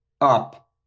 up